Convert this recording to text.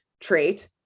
trait